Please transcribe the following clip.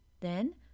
Then